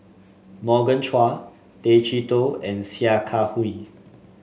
Morgan Chua Tay Chee Toh and Sia Kah Hui